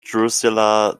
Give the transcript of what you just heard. drusilla